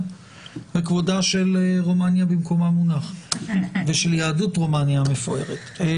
וכבודה של רומניה במקומה מונח ושל היהדות המפוארת של רומניה.